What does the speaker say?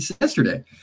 yesterday